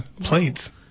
Plates